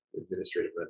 administrative